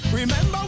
remember